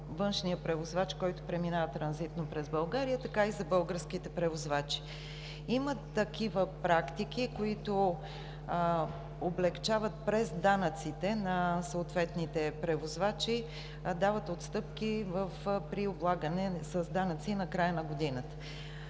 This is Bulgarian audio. външния превозвач, който преминава транзитно през България, така и за българските превозвачи. Има такива практики, които облекчават през данъците на съответните превозвачи – дават се отстъпки при облагане с данъци накрая на годината.